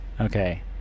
Okay